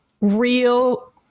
real